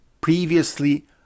previously